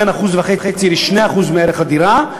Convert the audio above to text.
בין 1.5% ל-2% מערך הדירה,